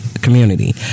community